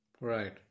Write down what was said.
Right